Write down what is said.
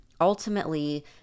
ultimately